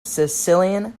sicilian